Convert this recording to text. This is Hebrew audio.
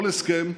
כל הסכם,